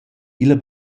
illa